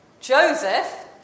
Joseph